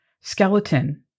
skeleton